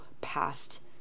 past